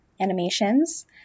Animations